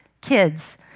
kids